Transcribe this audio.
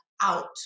out